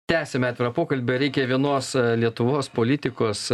tęsiame pokalbį reikia vienos lietuvos politikos